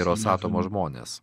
į rosatomo žmones